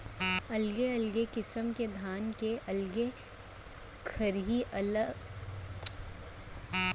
अलगे अलगे किसम के धान के अलगे खरही एकर सेती गांजथें कि वोहर एके संग झन मिल जाय